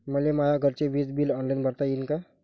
मले माया घरचे विज बिल ऑनलाईन भरता येईन का?